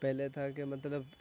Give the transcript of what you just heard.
پہلے تھا کہ مطلب